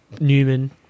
Newman